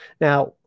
Now